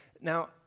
Now